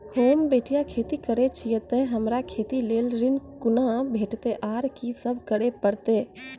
होम बटैया खेती करै छियै तऽ हमरा खेती लेल ऋण कुना भेंटते, आर कि सब करें परतै?